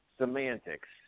semantics